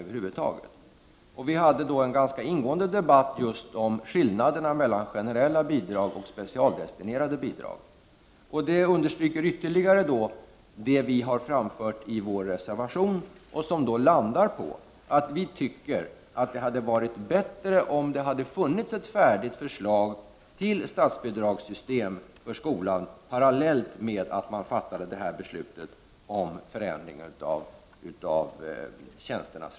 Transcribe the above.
Vi förde en ganska ingående debatt om skillnaden mellan generella bidrag och specialdestinerade bidrag. Detta understryker ytterligare det som vi har framfört i vår reservation, där slutsatsen är att det skulle ha varit bättre om det redan nu funnits ett färdigutarbetat förslag till statsbidragssystem för skolan samtidigt som riksdagen ju skall fatta beslut om förändring av reglering av tjänsterna.